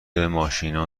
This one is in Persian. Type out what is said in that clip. ماشینا